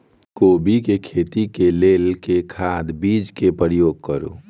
कोबी केँ खेती केँ लेल केँ खाद, बीज केँ प्रयोग करू?